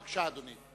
בבקשה, אדוני.